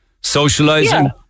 socializing